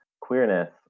queerness